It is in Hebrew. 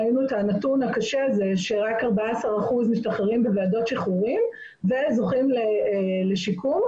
ראינו את הנתון הקשה שרק 14% משתחררים בוועדות שחרורים וזוכים לשיקום.